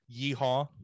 Yeehaw